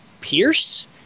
Pierce